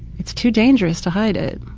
it's too dangerous to hide it.